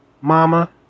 Mama